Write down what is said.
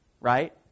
right